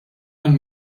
għall